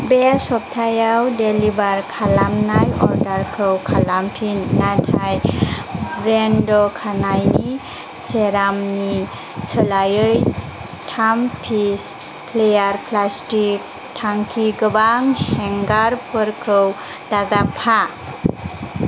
बे सप्तायाव डेलिबार खालामनाय अर्डारखौ खालामफिन नाथाय ब्रेन्ड खानायनि सेरामनि सोलायै थाम पिस फ्लेयार प्लास्टिक थांखि गोबां हेंगारफोरखौ दाजाबफा